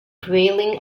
prevailing